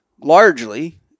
largely